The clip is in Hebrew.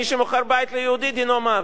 מי שמוכר בית ליהודי, דינו מוות.